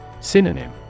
Synonym